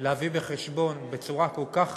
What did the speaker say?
להביא בחשבון בצורה כל כך